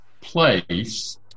place